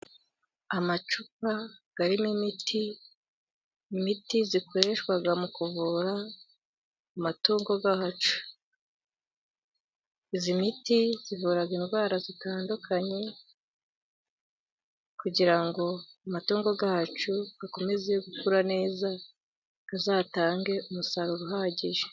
Amacupa arimo imiti. Imiti ikoreshwa mu kuvura amatungo yacu. iyi miti ivura indwara zitandukanye, kugirango amatungo yacu akomeze gukura neza, azatange umusaruro uhagije.